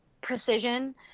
precision